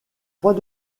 point